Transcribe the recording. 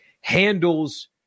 handles